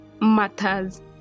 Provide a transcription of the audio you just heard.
matters